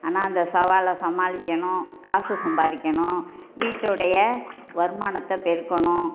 ஆனால் அந்த சவாலை சமாளிக்கணும் காசு சம்பாதிக்கணும் வீட்டு உடைய வருமானத்தைப் பெருக்கணும்